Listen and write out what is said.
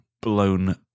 blown